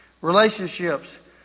relationships